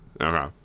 Okay